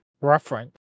reference